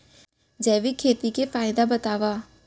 जैविक खेती के फायदा बतावा?